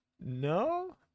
No